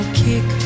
kick